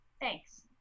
thanks